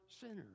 sinners